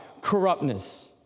corruptness